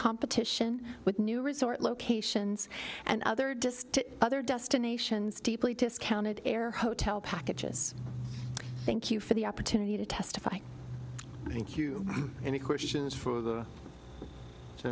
competition with new resort locations and other just to other destinations deeply discounted air hotel packages thank you for the opportunity to testify thank you any questions for the